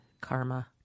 Karma